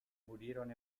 murieron